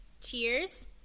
Cheers